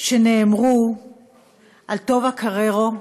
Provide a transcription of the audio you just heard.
שנאמרו על טובה קררו,